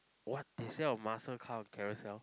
what they sell a muscle car on Carousell